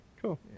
cool